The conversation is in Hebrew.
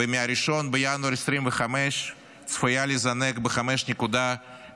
וב-1 בינואר 2025 היא צפויה לזנק ב-5.3%,